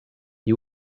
you